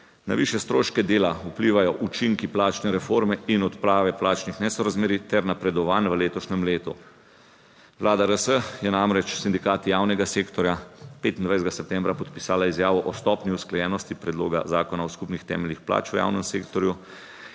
Na višje stroške dela vplivajo učinki plačne reforme in odprave plačnih nesorazmerij ter napredovanj v letošnjem letu. Vlada RS je namreč s sindikati javnega sektorja 25. septembra podpisala izjavo o stopnji usklajenosti predloga zakona o skupnih temeljih plač v javnem sektorju,